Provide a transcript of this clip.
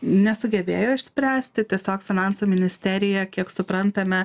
nesugebėjo išspręsti tiesiog finansų ministerija kiek suprantame